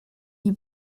die